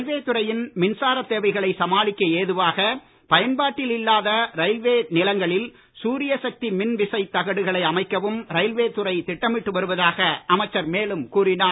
railway துறையின் மின்சாரத் தேவைகளை சமாளிக்க ஏதுவாக பயன்பாட்டில் இல்லாத ரயில்வே நிலங்களில் சூரிய சக்தி மின் விசைத் தகடுகளை அமைக்கவும் ரயில்வே துறை திட்டமிட்டு வருவதாக அமைச்சர் மேலும் கூறினார்